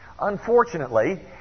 Unfortunately